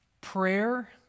Prayer